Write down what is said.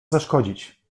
zaszkodzić